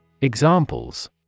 Examples